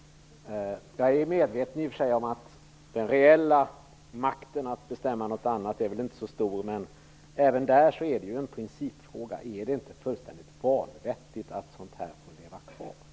Jag är medveten om att den reella makten att bestämma i någon annan riktning väl inte är så stor. Men även på den punkten handlar det om en principfråga. Är det inte fullständigt vanvettigt att sådana bestämmelser får leva kvar?